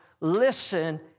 listen